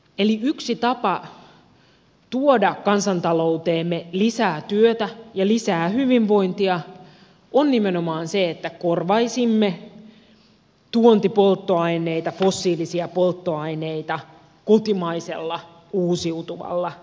eli yksi tapa tuoda kansantalouteemme lisää työtä ja lisää hyvinvointia on nimenomaan se että korvaisimme tuontipolttoaineita fossiilisia polttoaineita kotimaisella uusiutuvalla energialla